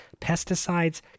pesticides